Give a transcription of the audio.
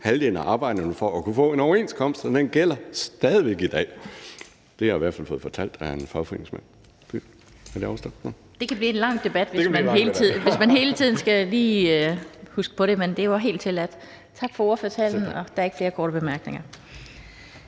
halvdelen af arbejderne for at kunne få en overenskomst – og den gælder stadig væk i dag. Det har jeg i hvert fald fået fortalt af en fagforeningsmand. Kl. 18:41 Den fg. formand (Annette Lind): Det kan blive en lang debat, når man lige skal huske på noget, men det er helt tilladt. Tak for ordførertalen. Der er ikke flere korte bemærkninger.